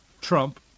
Trump